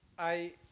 i